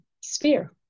sphere